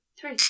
three